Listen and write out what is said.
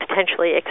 potentially